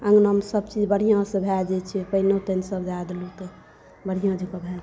अँगना मे साबचीज बढ़िऑंसँ भए जाइ छै पानिओ तानि सब दए दै छियै बढ़िऑं जकाँ भए